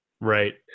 right